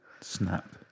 snapped